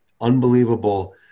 unbelievable